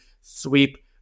sweep